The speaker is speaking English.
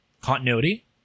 Continuity